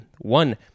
One